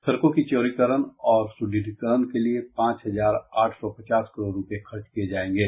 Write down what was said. सड़कों की चौड़ीकरण और सुद्रढ़ीकरण के लिए पांच हजार आठ सौ पचास करोड़ रूपये खर्च किये जायेंगे